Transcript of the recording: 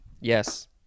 Yes